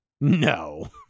No